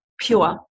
pure